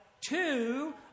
Two